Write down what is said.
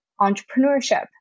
entrepreneurship